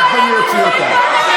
תכף אני אוציא אותך.